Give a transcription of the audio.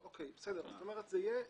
זה יהיה יחסי.